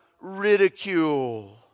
ridicule